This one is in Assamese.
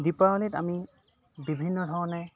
দীপাৱলীত আমি বিভিন্ন ধৰণে